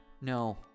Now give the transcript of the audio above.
No